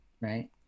right